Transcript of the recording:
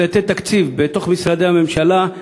מקלטי תקציב בתוך משרדי הממשלה,